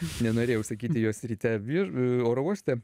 nenorėjau sakyti jos ryte vieš oro uoste